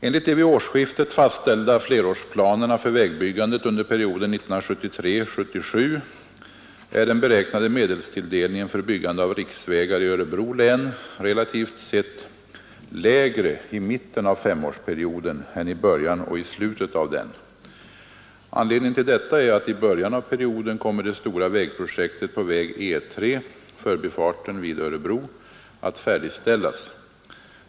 Enligt de vid årsskiftet fastställda flerårsplanerna för vägbyggandet under perioden 1973-1977 är den beräknade medelstilldelningen för byggande av riksvägar i Örebro län relativt sett lägre i mitten av femårsperioden än i början och i slutet av den. Anledningen till detta är att i början av perioden kommer det stora vägprojektet på väg E 3 — förbifarten vid Örebro — att färdigställas.